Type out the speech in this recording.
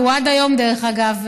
ודרך אגב,